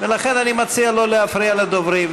ולכן אני מציע שלא להפריע לדוברים.